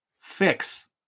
Fix